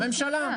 הממשלה.